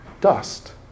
dust